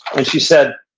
and she said,